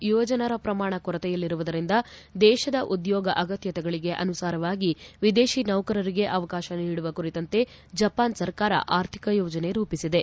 ಯುವಜನರ ಪ್ರಮಾಣ ಕೊರತೆಯಲ್ಲಿರುವುದರಿಂದ ದೇಶದ ಉದ್ಯೋಗ ಅಗತ್ಯತೆಗಳಿಗೆ ಅನುಸಾರವಾಗಿ ವಿದೇಶಿ ನೌಕರರಿಗೆ ಅವಕಾಶ ನೀಡುವ ಕುರಿತಂತೆ ಜಪಾನ್ ಸರ್ಕಾರ ಆರ್ಥಿಕ ಯೋಜನೆ ರೂಪಿಸಿದೆ